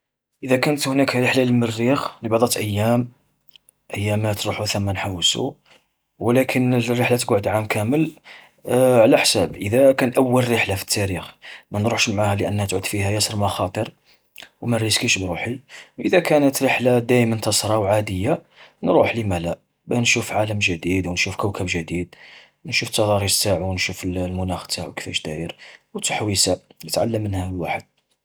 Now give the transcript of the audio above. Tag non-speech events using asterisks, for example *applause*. إذا كانت هناك رحلة للمريخ لبعض الأيام، أيامات نروحو ثم نحوسو، ولكن الرحلة تقعد عام كامل. *hesitation* على حساب إذا كان أول رحلة في التاريخ، ما نروحش معها لأنها تعود فيها ياسر مخاطر، وما نريسكيش بروحي، وإذا كانت رحلة دايمن تصرا وعادية، نروح لم لا، باه نشوف عالم جديد، ونشوف كوكب جديد، ونشوف تضاريس نتاعو، ونشوف *hesitation* المناخ نتاعو كيفاش داير. وتحويسة يتعلم منها الواحد.